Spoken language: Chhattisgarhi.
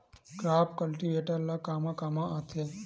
क्रॉप कल्टीवेटर ला कमा काम आथे?